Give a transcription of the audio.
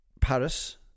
Paris